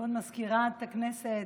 כבוד מזכירת הכנסת,